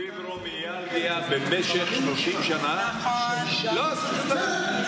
פיברומיאלגיה, במשך 30 שנה לא עשו שום דבר.